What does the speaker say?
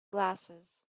glasses